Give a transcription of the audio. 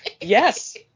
Yes